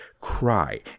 cry